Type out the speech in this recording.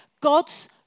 God's